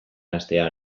hastea